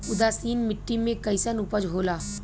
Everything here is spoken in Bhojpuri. उदासीन मिट्टी में कईसन उपज होला?